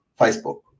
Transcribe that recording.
Facebook